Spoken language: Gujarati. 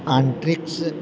અંતરિક્ષ